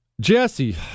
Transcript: Jesse